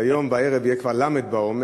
היום בערב כבר יהיה ל' בעומר.